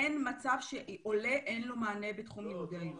אין מצב שעולה אין לו מענה בתחום לימודי העברית.